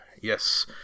Yes